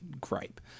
gripe